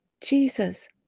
Jesus